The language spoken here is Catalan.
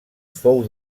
fou